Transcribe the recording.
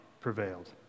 prevailed